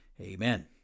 Amen